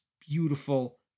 beautiful